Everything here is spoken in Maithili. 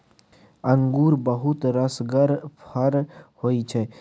अंगुर बहुत रसगर फर होइ छै